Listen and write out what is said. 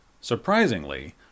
Surprisingly